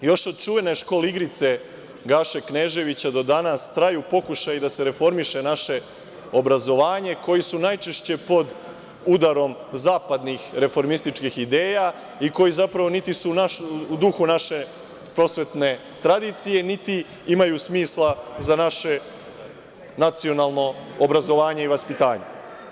Još od čuvene škole igrice Gaše Kneževića, do danas traju pokušaji da se reformiše naše obrazovanje koji su najčešće pod udarom zapadnih reformističkih ideja i koji zapravo niti su u duhu naše prosvetne tradicije, niti imaju smisla za naše nacionalno obrazovanje i vaspitanje.